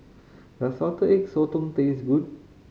does Salted Egg Sotong taste good